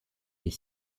est